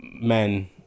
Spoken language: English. men